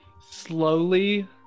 slowly